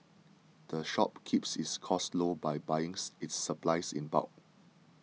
the shop keeps its costs low by buying its supplies in bulk